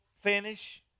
finish